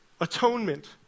atonement